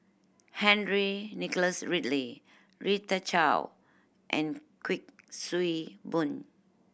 Henry Nicholas Ridley Rita Chao and Kuik Swee Boon